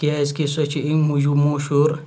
کیازکہِ سۄ چھِ اَمہِ موٗجوٗب مشہوٗر